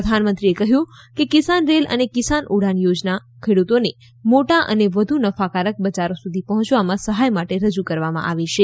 પ્રધાનમંત્રીએ કહ્યું કે કિસાન રેલ અને કિસાન ઉડાન યોજના ખેડુતોને મોટા અને વધુ નફાકારક બજારો સુધી પહોંચવામાં સહાય માટે રજૂ કરવામાં આવી છે